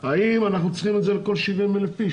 האם אנחנו צריכים את זה על כל 70,000 איש.